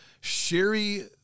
Sherry